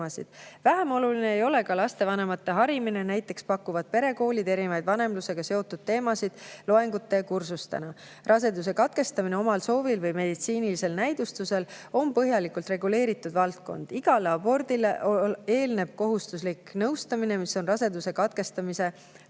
Vähem oluline ei ole ka lastevanemate harimine. Näiteks pakuvad perekoolid erinevaid vanemlusega seotud teemasid loengute ja kursustena. Raseduse katkestamine omal soovil või meditsiinilisel näidustusel on põhjalikult reguleeritud valdkond. Igale abordile eelneb kohustuslik nõustamine, mis on raseduse katkestamise lahutamatu